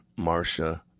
Marsha